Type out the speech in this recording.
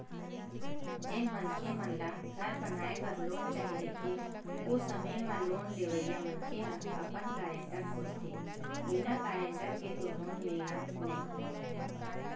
जेन मनखे मन ल घर बनाए बर लोन चाही रहिथे ओ समे म लोन लेवइया मनखे ह अपन गारेंटर खोजथें बिना गारेंटर के तो लोन मिलना नइ हे